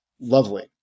lovely